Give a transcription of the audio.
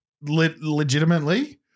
Legitimately